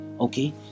Okay